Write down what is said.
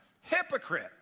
Hypocrite